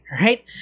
Right